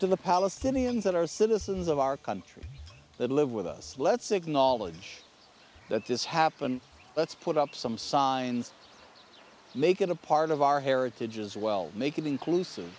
to the palestinians that are citizens of our country that live with us let's acknowledge that this happened let's put up some signs make it a part of our heritage as well make an inclusive